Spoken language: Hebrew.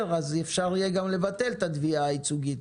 אז אפשר יהיה גם לבטל את התביעה הייצוגית,